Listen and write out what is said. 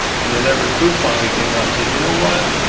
and then everett koop finally came out and said, you know what?